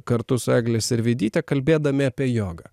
kartu su egle sirvydyte kalbėdami apie jogą